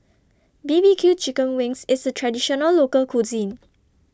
B B Q Chicken Wings IS A Traditional Local Cuisine